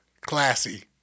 classy